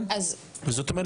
זאת אומרת